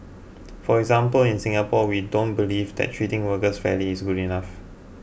for example in Singapore we don't believe that treating workers fairly is good enough